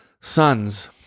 sons